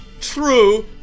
true